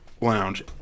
Lounge